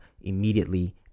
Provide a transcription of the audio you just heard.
immediately